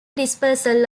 dispersal